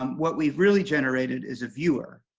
um what we've really generated is a viewer.